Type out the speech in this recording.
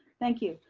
thank you.